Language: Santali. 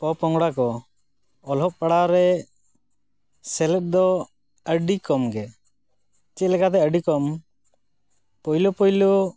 ᱯᱚᱼᱯᱚᱸᱜᱽᱲᱟᱠᱚ ᱚᱞᱚᱜ ᱯᱟᱲᱦᱟᱣᱨᱮ ᱥᱮᱞᱮᱫ ᱫᱚ ᱟᱹᱰᱤ ᱠᱚᱢᱜᱮ ᱪᱮᱫᱞᱮᱠᱟᱛᱮ ᱟᱹᱰᱤ ᱠᱚᱢ ᱯᱳᱭᱞᱳ ᱯᱳᱭᱞᱳ